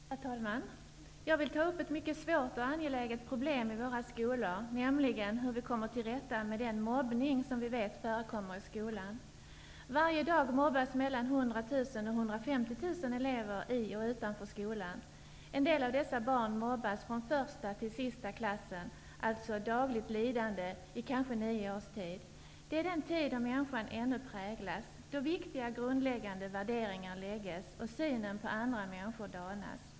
Herr talman! Jag vill ta upp ett mycket svårt och angeläget problem i våra skolor -- nämligen hur vi kommer till rätta med den mobbning som vi vet förekommer i skolan. Varje dag mobbas mellan 100 000 och 150 000 elever i och utanför skolan. En del av dessa barn mobbas från första till sista klassen, alltså ett dagligt lidande i kanske nio års tid. Det är den tid då människan ännu präglas, då viktiga och grundläggande värderingar formas och synen på andra människor danas.